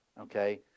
okay